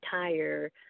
entire